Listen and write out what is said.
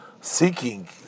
seeking